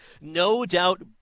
no-doubt